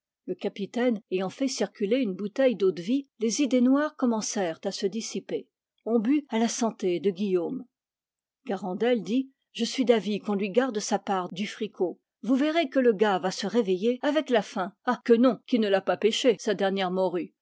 le capitaine ayant fait circuler une bouteille d'eau-de-vie les idées noires commencèrent à se dissiper on but à la santé de guillaume garandel dit je suis d'avis qu'on lui garde sa part du fricot vous verrez que le gars va se réveiller avec la faim ah que non qu'il ne l'a pas pêchée sa dernière morue